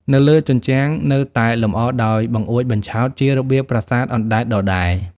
នៅលើ ជញ្ជាំងនៅតែលម្អដោយ បង្អួចបញ្ឆោត ជារបៀបប្រាសាទអណ្តែតដដែល។